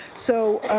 so